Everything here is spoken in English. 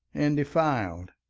and defiled,